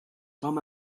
from